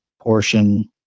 portion